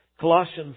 Colossians